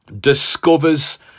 discovers